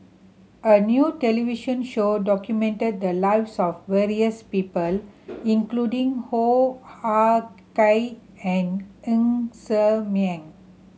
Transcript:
a new television show documented the lives of various people including Hoo Ah Kay and Ng Ser Miang